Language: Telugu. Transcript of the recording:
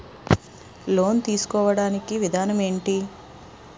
లోన్ తీసుకోడానికి విధానం ఏంటి?